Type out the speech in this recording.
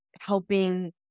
helping